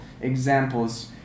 examples